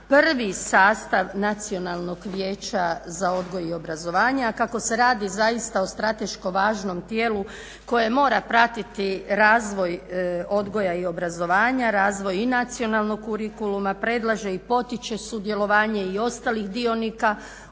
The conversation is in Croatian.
prvi sastav Nacionalnog vijeća za odgoj i obrazovanje, a kako se radi zaista o strateško važnom tijelu koje mora pratiti razvoj odgoja i obrazovanja, razvoj i Nacionalnog kurikuluma, predlaže i potiče sudjelovanje i ostalih dionika